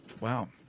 Wow